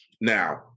Now